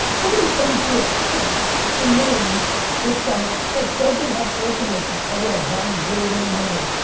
we're gonna send them to a camp in maine this summer that doesn't have air conditioning. oh yeah, johnny is really gonna be hungry.